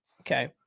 Okay